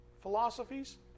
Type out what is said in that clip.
philosophies